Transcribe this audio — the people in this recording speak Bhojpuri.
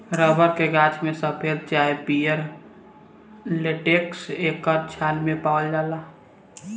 रबर के गाछ में सफ़ेद चाहे पियर लेटेक्स एकर छाल मे पावाल जाला